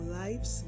lives